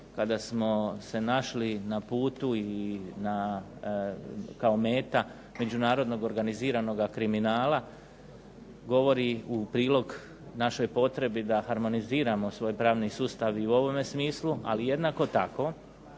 kada smo se našli na putu i na, kao meta međunarodnog organiziranoga kriminala, govori u prilog našoj potrebi da harmoniziramo svoj pravni sustav i u ovome smislu, ali jednako tako